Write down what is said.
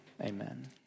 Amen